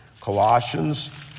Colossians